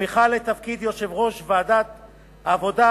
תמיכה לתפקיד יושב-ראש ועדת העבודה,